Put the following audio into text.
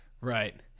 Right